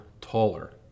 taller